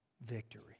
Victory